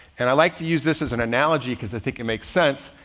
and i like to use this as an analogy because i think it makes sense.